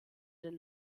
den